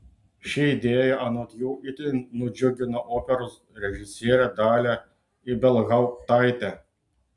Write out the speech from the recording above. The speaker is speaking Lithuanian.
ši idėja anot jų itin nudžiugino operos režisierę dalią ibelhauptaitę